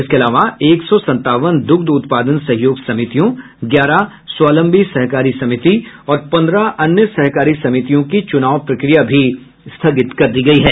इसके अलावा एक सौ संतावन दुग्ध उत्पादन सहयोग समितियों ग्यारह स्वावलंबी सहकारी समिति और पन्द्रह अन्य सहकारी समितियों की चुनाव प्रक्रिया भी स्थगित कर दी गयी है